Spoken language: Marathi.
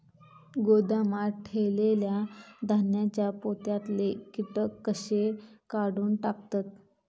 गोदामात ठेयलेल्या धान्यांच्या पोत्यातले कीटक कशे काढून टाकतत?